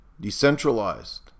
decentralized